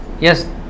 yes